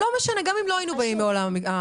לא משנה, גם אם לא היינו באים מעולם המשפט.